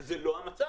אבל זה לא המצב.